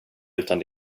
utan